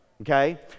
Okay